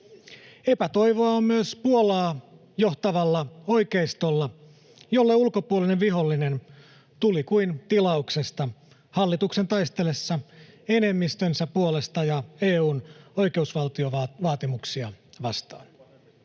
Epätoivoa on myös Puolaa johtavalla oikeistolla, jolle ulkopuolinen vihollinen tuli kuin tilauksesta hallituksen taistellessa enemmistönsä puolesta ja EU:n oikeusvaltiovaatimuksia vastaan.